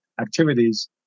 activities